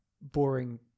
boring